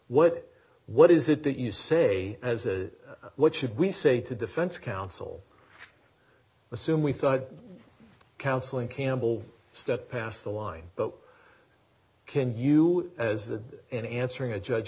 what what is it that you say as a what should we say to defense counsel assume we thought counseling campbell stepped past the line but can you as an answering a judge